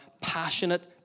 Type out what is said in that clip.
passionate